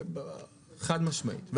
חד-משמעית.